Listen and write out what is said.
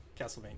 Castlevania